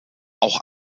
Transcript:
auch